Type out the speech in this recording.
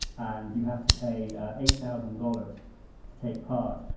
and you have to pay ah eight thousand dollars to take part.